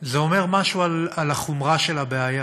זה אומר משהו על חומרת הבעיה.